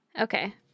Okay